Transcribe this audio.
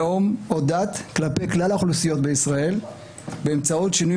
לאום או דת כלפי כלל האוכלוסיות בישראל באמצעות שינוי